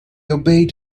obeyed